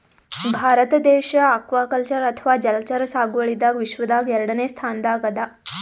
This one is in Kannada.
ಭಾರತ ದೇಶ್ ಅಕ್ವಾಕಲ್ಚರ್ ಅಥವಾ ಜಲಚರ ಸಾಗುವಳಿದಾಗ್ ವಿಶ್ವದಾಗೆ ಎರಡನೇ ಸ್ತಾನ್ದಾಗ್ ಅದಾ